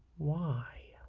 why